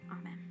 Amen